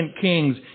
Kings